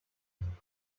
sharifa